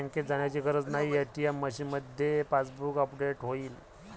बँकेत जाण्याची गरज नाही, ए.टी.एम मशीनमध्येच पासबुक अपडेट होईल